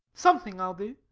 something i'll do.